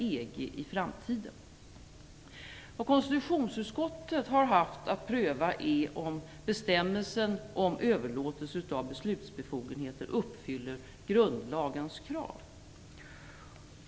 Vad konstitutionsutskottet har haft att pröva är om bestämmelsen om överlåtelse av beslutsbefogenheter uppfyller grundlagens krav.